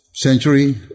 century